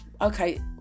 okay